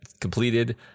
completed